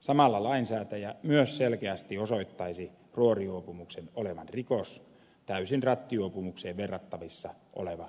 samalla lainsäätäjä myös selkeästi osoittaisi ruorijuopumuksen olevan rikos täysin rattijuopumukseen verrattavissa oleva rangaistava teko